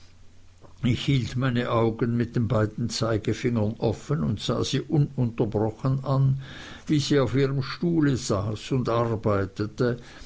hielt meine augen mit den beiden zeigefingern offen und sah sie ununterbrochen an wie sie auf ihrem stuhle saß und arbeitete